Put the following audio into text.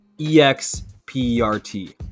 e-x-p-e-r-t